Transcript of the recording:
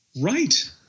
Right